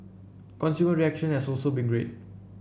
consumer reaction has also been great